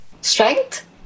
strength